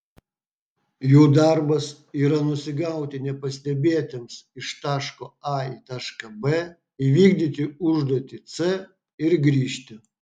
jų darbas yra nusigauti nepastebėtiems iš taško a į tašką b įvykdyti užduotį c ir grįžti